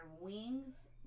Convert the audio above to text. wings